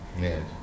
Yes